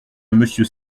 monsieur